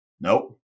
Nope